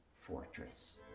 fortress